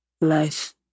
life